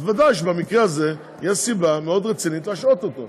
ודאי שבמקרה הזה יש סיבה מאוד רצינית להשעות אותו.